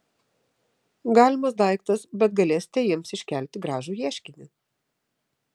galimas daiktas bet galėsite jiems iškelti gražų ieškinį